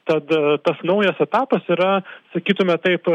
tad tas naujas etapas yra sakytume taip